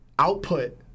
Output